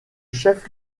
chef